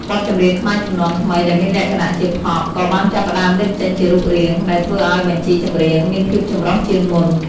បទចម្រៀងខ្មែរជំនាន់ថ្មីដែលមានលក្ខណៈជា ផប់ ក៏ចាប់ផ្តើមលេចចេញជារូបរាង ដែលធ្វើឱ្យបញ្ជីចម្រៀងមានភាពចម្រុះជាងមុន។